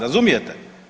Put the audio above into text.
Razumijete?